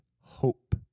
hope